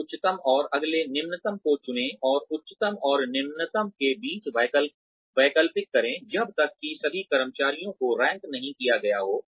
अगले उच्चतम और अगले निम्नतम को चुनें और उच्चतम और निम्नतम के बीच वैकल्पिक करें जब तक कि सभी कर्मचारियों को रैंक नहीं किया गया हो